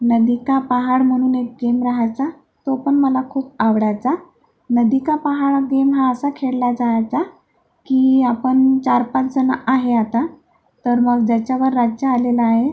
नदी का पहाड म्हणून एक गेम रहायचा तो पण मला खूप आवडायचा नदी का पहाड हा गेम हा असा खेळला जायचा की आपण चार पाचजणं आहे आता तर मग ज्याच्यावर राज्य आलेलं आहे